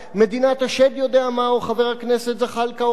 או חבר הכנסת זחאלקה או חבר הכנסת טיבי יודעים מה,